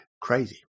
crazy